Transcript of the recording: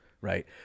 Right